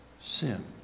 sin